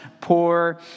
poor